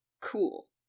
Cool